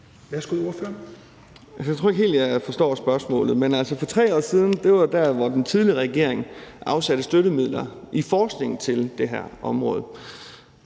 Jeg tror ikke helt, jeg forstår spørgsmålet. Men for 3 år siden afsatte den tidligere regering støttemidler i forskningen til det her område.